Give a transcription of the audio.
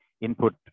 input